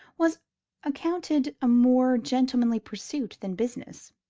was accounted a more gentlemanly pursuit than business.